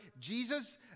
Jesus